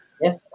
yes